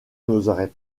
n’oserais